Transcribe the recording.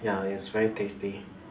ya it's very tasty